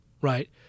right